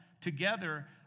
together